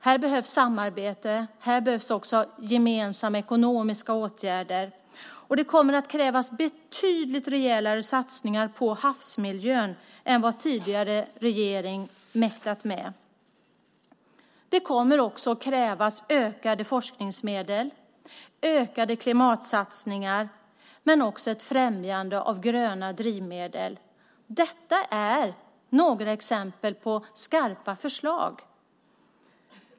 Här behövs samarbete och också gemensamma ekonomiska åtgärder, och det kommer att krävas betydligt rejälare satsningar på havsmiljön än vad tidigare regering mäktat med. Det kommer också att krävas ökade forskningsmedel och ökade klimatsatsningar men också ett främjande av gröna drivmedel. Detta är några exempel på skarpa förslag.